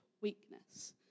weakness